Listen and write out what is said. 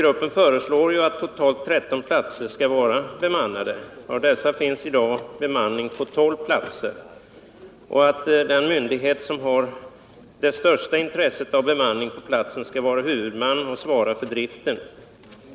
Gruppen föreslår att totalt 13 platser skall vara bemannade — av dessa är i dag 12 bemannade — och att den myndighet som har det största intresset av en bemanning på platsen skall vara huvudman och svara för driften.